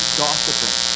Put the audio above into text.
gossiping